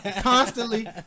constantly